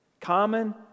Common